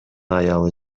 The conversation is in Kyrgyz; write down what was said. аялы